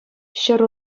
ҫӗр